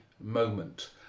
moment